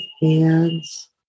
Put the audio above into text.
hands